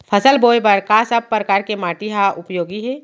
फसल बोए बर का सब परकार के माटी हा उपयोगी हे?